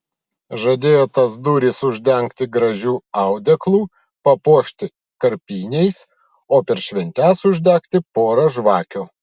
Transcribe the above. žadėjo tas duris uždengti gražiu audeklu papuošti karpiniais o per šventes uždegti porą žvakių